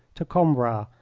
to coimbra,